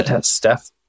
Steph